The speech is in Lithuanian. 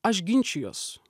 aš ginčijuos